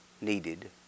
needed